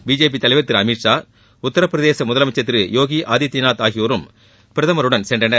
BJP தலைவர் திரு அமித்ஷா உத்திர பிரதேச முதலமைச்சர் யோகி ஆதித்யநாத் ஆகியோரும் பிரதமருடன் சென்றனர்